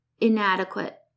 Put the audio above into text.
inadequate